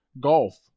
Golf